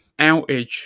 outage